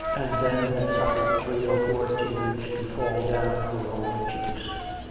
and then had sruffcred three or four tears to fall down her old cheeks.